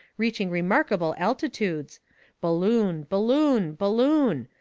reaching remarkable altitudes balloon! balloon! balloon!